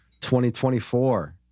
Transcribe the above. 2024